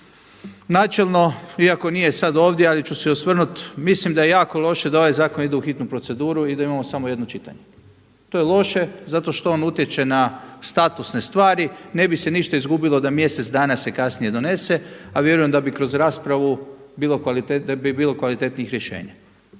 načelno iako nije sada ovdje, ali ću se osvrnuti, mislim da je jako loše da ovaj zakon ide u hitnu proceduru i da imamo samo jedno čitanje. To je loše zato što on utječe na statusne stvari. Ne bi se ništa izgubilo da mjesec dana se kasnije donose, a vjerujem da bi kroz raspravu da bi bilo kvalitetnijih rješenja.